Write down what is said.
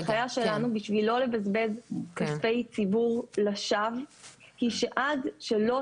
ההנחיה שלנו בשביל לא לבזבז כספי ציבור לשווא היא שעד שלא